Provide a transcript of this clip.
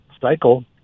cycle